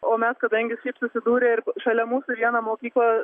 o mes kadangi šiaip susidūrę ir šalia mūsų vieną mokyklą